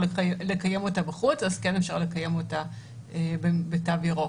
לקיים אותה בחוץ אז כן אפשר לקיים אותה בתו ירוק.